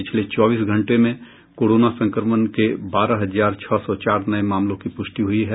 पिछले चौबीस घंटे में कोरोना संक्रमण के बारह हजार छह सौ चार नए मामलों की प्रष्टि हुई है